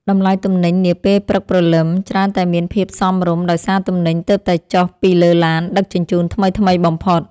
តម្លៃទំនិញនាពេលព្រលឹមច្រើនតែមានភាពសមរម្យដោយសារទំនិញទើបតែចុះពីលើឡានដឹកជញ្ជូនថ្មីៗបំផុត។